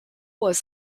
was